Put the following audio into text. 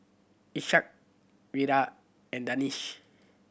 Ishak Wira and Danish